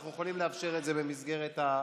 אנחנו יכולים לאפשר את זה במסגרת הנסיבות.